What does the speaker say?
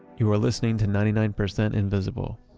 you are listening to ninety nine percent invisible.